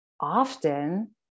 often